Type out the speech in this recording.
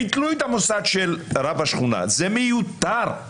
ביטלו את המוסד של רב השכונה, זה מיותר.